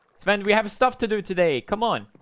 spend we have stuff to do today. come on